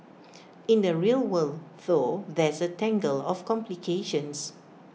in the real world though there's A tangle of complications